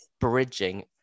bridging